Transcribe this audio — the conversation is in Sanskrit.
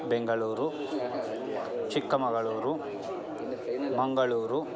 बेङ्गळूरु चिक्कमगळूरु मङ्गळूरु